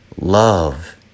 Love